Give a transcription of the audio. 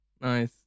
Nice